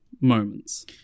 moments